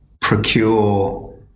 procure